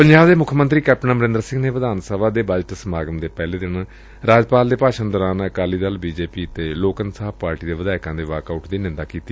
ਪੰਜਾਬ ਦੇ ਮੁੱਖ ਮੰਤਰੀ ਕੈਪਟਨ ਅਮਰਿੰਦਰ ਸਿੰਘ ਨੇ ਵਿਧਾਨ ਸਭਾ ਦੇ ਬਜਟ ਸਮਾਗਮ ਦੇ ਪਹਿਲੇ ਦਿਨ ਰਾਜਪਾਲ ਦੇ ਭਾਸ਼ਣ ਦੌਰਾਨ Akali Dal B J P ਅਤੇ ਲੋਕ ਇਨਸਾਫ਼ ਪਾਰਟੀ ਦੇ ਵਿਧਾਇਕਾਂ ਦੇ ਵਾਕ ਆਉਟ ਦੀ ਨਿੰਦਾ ਕੀਤੀ